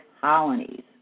colonies